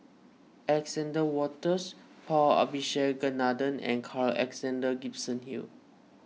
Alexander Wolters Paul Abisheganaden and Carl Alexander Gibson Hill